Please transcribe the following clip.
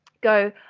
go